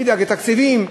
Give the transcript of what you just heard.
ידאג לתקציבים,